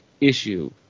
issue